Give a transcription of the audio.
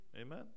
Amen